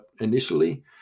initially